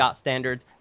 standards